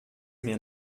mir